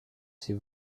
s’il